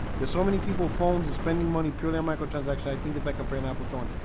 there's so many people phones and spending money purely on microtransaction i think it's like comparing apples to oranges.